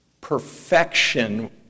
perfection